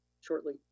shortly